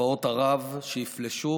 צבאות ערב שיפלשו.